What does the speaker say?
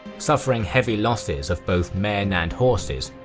suffering heavy losses of both men and horses,